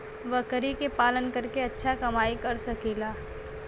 बकरी के पालन करके अच्छा कमाई कर सकीं ला?